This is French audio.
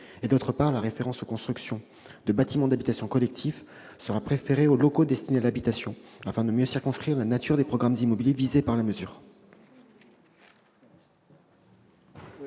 D'autre part, la référence aux constructions de « bâtiments d'habitation collectifs » de préférence aux « locaux destinés à l'habitation » permet de mieux circonscrire la nature des programmes immobiliers visés par la mesure.